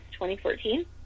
2014